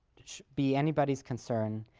be anybody's concern,